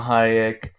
Hayek